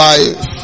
Life